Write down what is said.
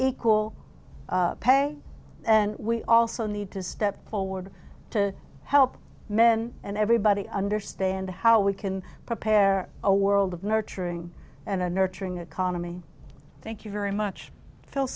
equal pay and we also need to step forward to help men and everybody understand how we can prepare a world of nurturing and a nurturing economy thank you very much